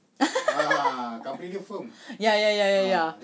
ya ya ya ya ya